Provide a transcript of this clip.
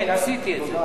בסוף, כן, עשיתי את זה.